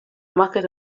market